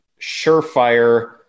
surefire